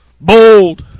bold